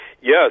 Yes